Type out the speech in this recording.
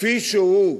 כפי שהוא,